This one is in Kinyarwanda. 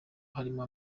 harimo